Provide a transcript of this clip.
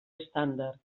estàndard